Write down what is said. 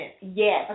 Yes